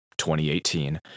2018